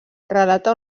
relata